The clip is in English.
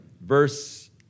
verse